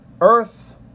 Earth